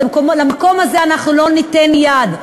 לזה אנחנו לא ניתן יד.